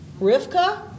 Rivka